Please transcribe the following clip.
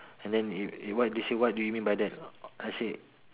and then if if what they say what do you mean by that I say